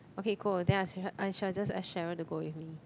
okay cool then I I shall just ask Sharon to go with me